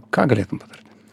ką galėtum patarti